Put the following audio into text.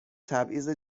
تبعیض